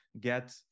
get